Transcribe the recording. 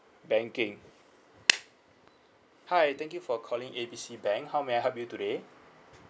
banking hi thank you for calling A B C bank how may I help you today